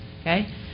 okay